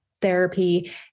therapy